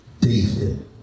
David